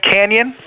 Canyon